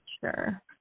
Sure